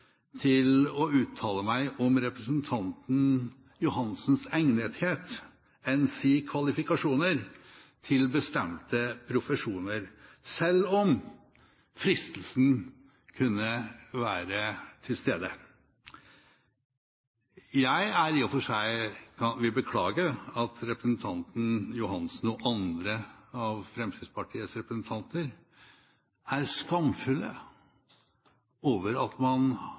til å uttale meg om representanten Ørsal Johansens egnethet – enn si kvalifikasjoner – når det gjelder bestemte profesjoner, selv om fristelsen kunne være til stede. Jeg vil i og for seg beklage at representanten Ørsal Johansen og andre fremskrittspartirepresentanter er skamfulle over at man